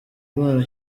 imana